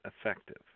effective